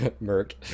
Merc